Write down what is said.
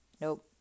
nope